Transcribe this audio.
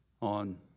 on